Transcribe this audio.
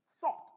thought